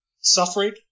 suffering